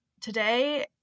Today